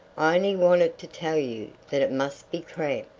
i only wanted to tell you that it must be cramp.